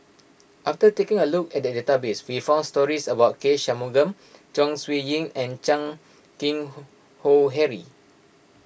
after taking a look at the database we found stories about K Shanmugam Chong Siew Ying and Chan Keng Howe Harry